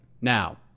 now